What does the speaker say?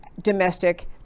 domestic